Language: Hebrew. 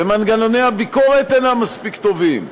ומנגנוני הביקורת אינם מספיק טובים,